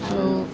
ଆଉ